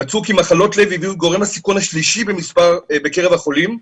מצאו כי מחלות לב היוו הגורם השלישי בקרב החולים,